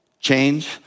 change